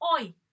oi